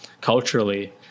culturally